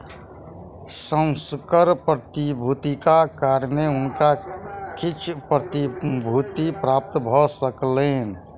संकर प्रतिभूतिक कारणेँ हुनका किछ प्रतिभूति प्राप्त भ सकलैन